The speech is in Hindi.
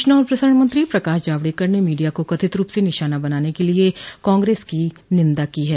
सूचना और प्रसारण मंत्री प्रकाश जावड़ेकर ने मीडिया को कथित रूप से निशाना बनाने के लिए कांग्रेस की निन्दा की है